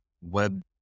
web